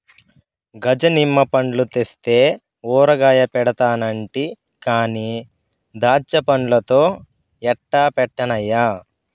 గజ నిమ్మ పండ్లు తెస్తే ఊరగాయ పెడతానంటి కానీ దాచ్చాపండ్లతో ఎట్టా పెట్టన్నయ్యా